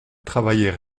travailler